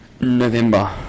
november